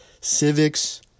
civics